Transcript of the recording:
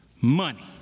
money